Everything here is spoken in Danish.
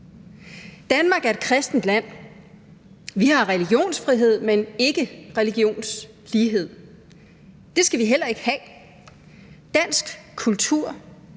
Danmark er et kristent land. Vi har religionsfrihed, men ikke religionslighed. Det skal vi heller ikke have. Dansk kultur,